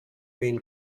been